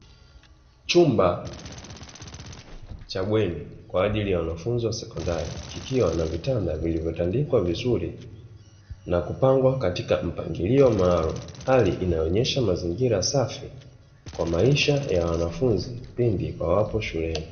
Chumba cha bweni kwa ajili ya wanafunzi wa sekondari, kikiwa na vitanda vilivyotandikwa vizuri na kupangwa katika mpangilio maalumu, hali inayo onyesha mazingira safi kwa maisha ya wanafunzi pindi wawapo shuleni.